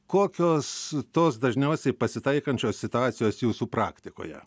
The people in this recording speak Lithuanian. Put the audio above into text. kokios tos dažniausiai pasitaikančios situacijos jūsų praktikoje